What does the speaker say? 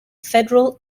federal